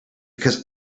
because